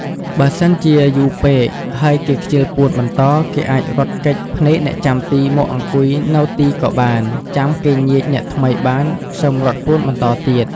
បើសិនជាយូរពេក ហើយគេខ្ជិលពួនបន្ត គេអាចរត់គេចភ្នែកអ្នកចាំទីមកអង្គុយនៅទីក៏បាន ចាំគេញៀចអ្នកថ្មីបាន សិមរត់ពួនបន្តទៀត។